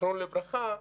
זכרונו לברכה,